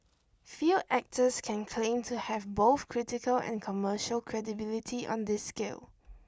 few actors can claim to have both critical and commercial credibility on this scale